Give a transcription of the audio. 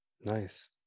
Nice